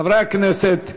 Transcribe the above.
חברי הכנסת,